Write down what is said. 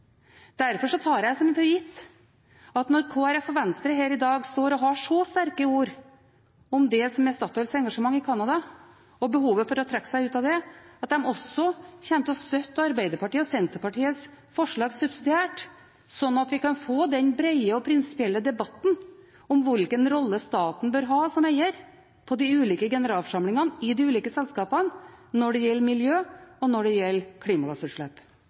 Derfor tar jeg det for gitt at når Kristelig Folkeparti og Venstre her i dag står og har så sterke ord om det som er Statoils engasjement i Canada, og behovet for at de trekker seg ut av det, kommer de også til å støtte Arbeiderpartiet og Senterpartiets forslag subsidiært, slik at vi kan få den brede og prinsipielle debatten om hvilken rolle staten bør ha som eier på de ulike generalforsamlingene i de ulike selskapene når det gjelder miljø og klimagassutslipp. Det